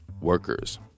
workers